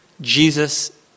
Jesus